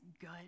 good